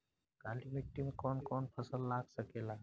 काली मिट्टी मे कौन कौन फसल लाग सकेला?